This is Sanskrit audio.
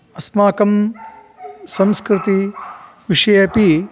अस्माकं संस्कृतिविषये अपि